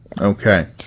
Okay